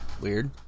Weird